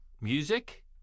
music